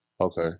Okay